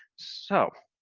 so,